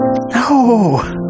no